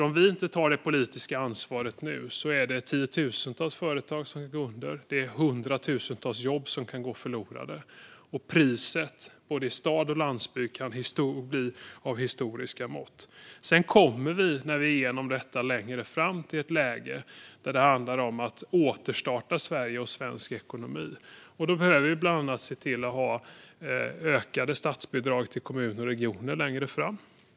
Om vi inte tar det politiska ansvaret nu är det tiotusentals företag som kan gå under och hundratusentals jobb som kan gå förlorade. Priset både i stad och på landsbygd kan bli av historiska mått. Sedan kommer vi, när vi är igenom detta längre fram, till ett läge där det handlar om att återstarta Sverige och svensk ekonomi. Då behöver vi bland annat se till att ha ökade statsbidrag till kommuner och regioner.